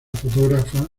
fotógrafa